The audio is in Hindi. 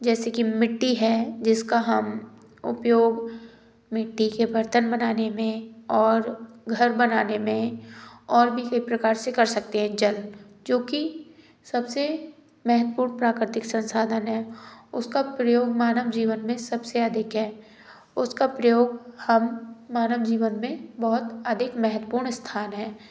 जैसे कि मिट्टी है जिसका हम उपयोग मिट्टी के बर्तन बनाने में और घर बनाने में और भी कई प्रकार से कर सकते हैं जल जो कि सबसे महत्वपूर्ण प्राकृतिक संसाधन है उसका प्रयोग मानव जीवन में सबसे अधिक है उसका प्रयोग हम मानव जीवन में बहुत अधिक महत्वपूर्ण स्थान है